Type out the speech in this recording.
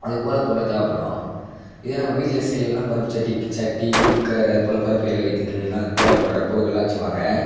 அதுபோல் பொருளெலாம் தேவைப்படும் இதே நம்ம வீட்டுலேயே செய்யணும்னா பருப்பு சட்டி சட்டி குக்கர் அது போல் பருப்பு வேக வைக்கிறதுக்குலாம் இது தேவப்படுற பொருட்களெலாம் வச்சுக்குவாங்க